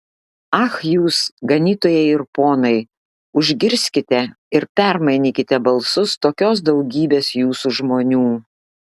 ach jūs ganytojai ir ponai užgirskite ir permainykite balsus tokios daugybės jūsų žmonių